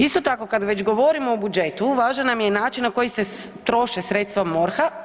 Isto tako kad već govorimo o budžetu važan nam je način na koji se troše sredstva MORH-a.